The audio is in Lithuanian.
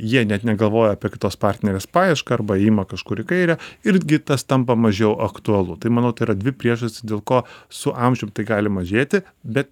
jie net negalvoja apie kitos partnerės paiešką arba ima kažkur į kairę irgi tas tampa mažiau aktualu tai manau tai yra dvi priežastys dėl ko su amžium tai gali mažėti bet